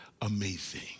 amazing